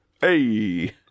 Hey